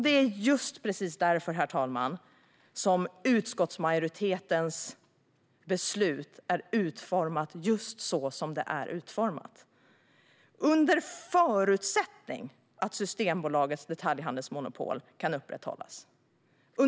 Det är just därför, herr talman, som utskottsmajoritetens beslut är utformat så som det är: "under förutsättning att Systembolagets detaljhandelsmonopol kan upprätthållas."